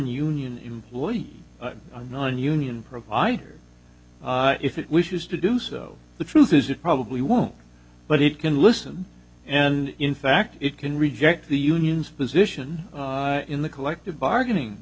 nonunion employees nonunion provider if it wishes to do so the truth is it probably won't but it can listen and in fact it can reject the union's position in the collective bargaining